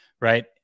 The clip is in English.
right